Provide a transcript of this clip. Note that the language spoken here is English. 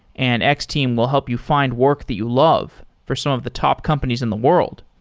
and x-team will help you find work that you love for some of the top companies in the world.